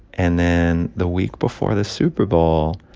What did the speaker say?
and then the week before the super bowl,